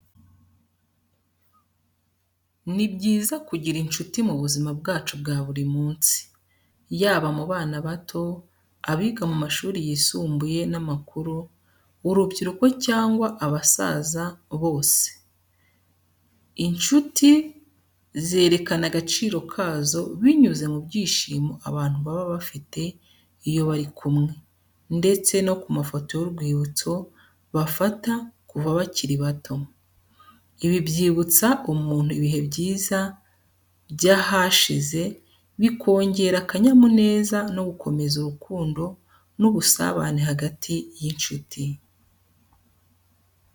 Ni byiza kugira incuti mu buzima bwacu bwa buri munsi, yaba ku bana bato, abiga mu mashuri yisumbuye n’amakuru, urubyiruko cyangwa abasaza bose. Incuti zerekana agaciro kazo binyuze mu byishimo abantu baba bafite iyo bari kumwe, ndetse no mu mafoto y’urwibutso bafata kuva bakiri bato. Ibi byibutsa umuntu ibihe byiza by'ahashize, bikongera akanyamuneza no gukomeza urukundo n’ubusabane hagati y’incuti.